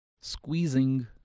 squeezing